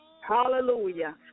Hallelujah